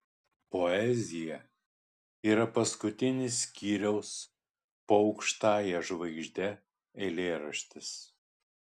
poezija yra paskutinis skyriaus po aukštąja žvaigžde eilėraštis